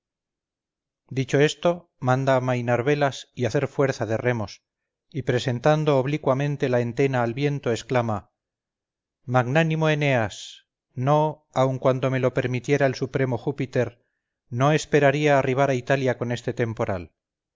dicho esto manda amainar velas y hacer fuerza de remos y presentando oblicuamente la entena al viento exclama magnánimo eneas no aun cuando me lo permitiera el supremo júpiter no esperaría arribar a italia con este temporal